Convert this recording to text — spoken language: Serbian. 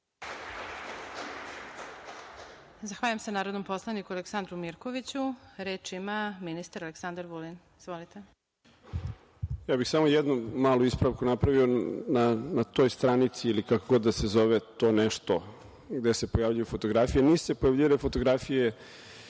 Zahvaljujem se narodnom poslaniku Aleksandru Mirkoviću. Reč ima ministar Aleksandar Vulin. Izvolite. **Aleksandar Vulin** Ja bih samo jednu malu ispravku napravio. Na toj stranici ili kako god da se zove to nešto gde se pojavljuju fotografije, nisu se pojavljivale fotografije